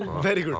very